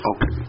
Okay